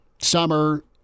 summer